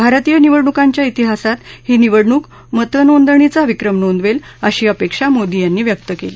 भारतीय निवडणुकांच्या तिहासात ही निवडणूक मतनोंदणीचा विक्रम नोंदवेल अशी अपेक्षा मोदी यांनी व्यक्त केली